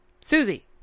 Susie